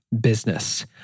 business